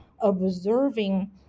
observing